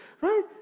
right